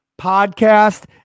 podcast